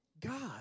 God